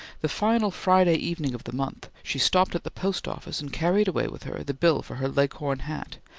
the final friday evening of the month, she stopped at the post office and carried away with her the bill for her leghorn hat,